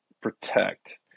protect